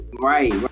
Right